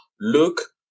Look